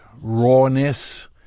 rawness